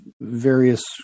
various